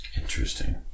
Interesting